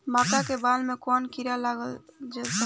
मका के बाल में कवन किड़ा लाग सकता?